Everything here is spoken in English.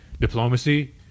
diplomacy